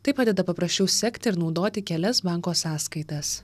tai padeda paprasčiau sekti ir naudoti kelias banko sąskaitas